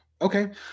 okay